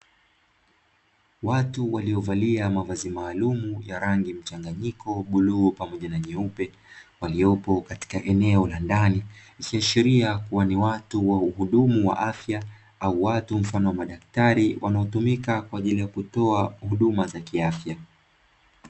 Watu waliovalia mavazi maalumu ya rangi mchanganyiko bluu pamoja na nyeupe, waliopo katika eneo la ndani wakiashiria kuwa ni watu wa uhudumu wa afya au watu mfano wa madaktari wanaotumika kwa ajili ya kutoa huduma za kiafya.